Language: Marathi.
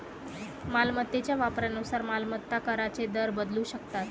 मालमत्तेच्या वापरानुसार मालमत्ता कराचे दर बदलू शकतात